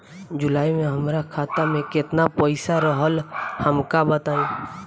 जुलाई में हमरा खाता में केतना पईसा रहल हमका बताई?